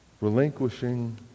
relinquishing